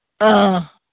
ꯑꯥ